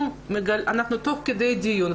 אנחנו כועסות כי מה שאתן טוענות שקורה לא קורה.